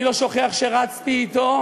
אני לא שוכח שרצתי אתו,